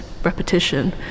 Repetition